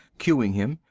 cueing him,